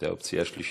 זאת האופציה השלישית.